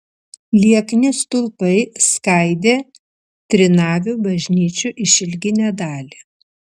liekni stulpai skaidė trinavių bažnyčių išilginę dalį